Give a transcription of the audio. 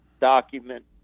document